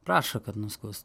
prašo kad nuskust